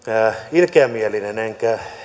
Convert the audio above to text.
ilkeämielinen